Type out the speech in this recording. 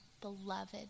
beloved